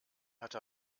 hatte